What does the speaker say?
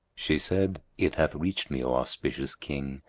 she said, it hath reached me, o auspicious king,